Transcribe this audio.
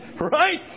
right